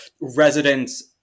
residents